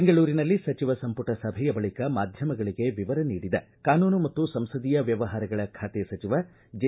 ಬೆಂಗಳೂರಿನಲ್ಲಿ ಸಚಿವ ಸಂಪುಟ ಸಭೆಯ ಬಳಿಕ ಮಾಧ್ಯಮಗಳಿಗೆ ವಿವರ ನೀಡಿದ ಕಾನೂನು ಮತ್ತು ಸಂಸದೀಯ ವ್ಯವಹಾರಗಳ ಖಾತೆ ಸಚಿವ ಜೆ